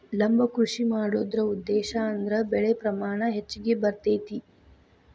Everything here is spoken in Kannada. ಲಂಬ ಕೃಷಿ ಮಾಡುದ್ರ ಉದ್ದೇಶಾ ಅಂದ್ರ ಬೆಳೆ ಪ್ರಮಾಣ ಹೆಚ್ಗಿ ಬರ್ತೈತಿ